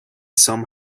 some